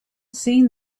seen